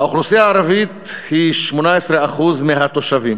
האוכלוסייה הערבית היא 18% מהתושבים